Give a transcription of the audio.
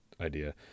idea